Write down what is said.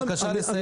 בבקשה לסיים,